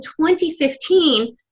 2015